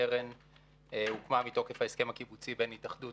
הקרן הוקמה מתוקף ההסכם הקיבוצי בין התאחדות